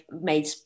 made